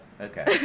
Okay